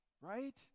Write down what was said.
right